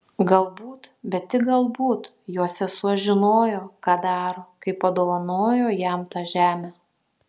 galbūt bet tik galbūt jo sesuo žinojo ką daro kai padovanojo jam tą žemę